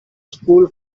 school